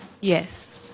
Yes